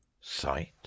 Sight